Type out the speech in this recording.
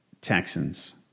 Texans